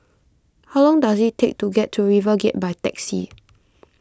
how long does it take to get to RiverGate by taxi